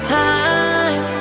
time